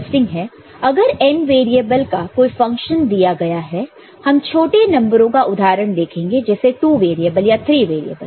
अगर n variable का कोई फंक्शन दिया गया है हम छोटे नंबरों का उदाहरण देखेंगे जैसे 2 वेरिएबल या 3 वेरिएबल